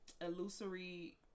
illusory